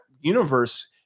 universe